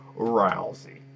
Rousey